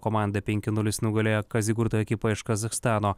komanda penki nulis nugalėjo kazigurto ekipą iš kazachstano